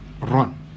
Run